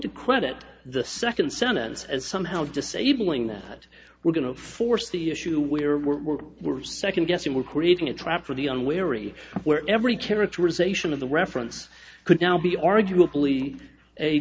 to credit the second sentence as somehow disabling that we're going to force the issue we're we're we're second guessing we're creating a trap for the unwary where every characterization of the reference could now be arguably a